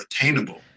attainable